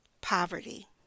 Poverty